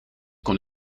kon